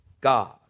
God